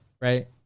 right